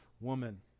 woman